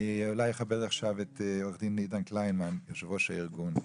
אני אכבד את עוה"ד עידן קלימן, יושב-ראש הארגון,